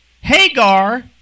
Hagar